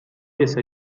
essa